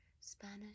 Spanish